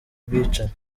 bwicanyi